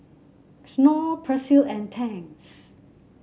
Knorr Persil and Tangs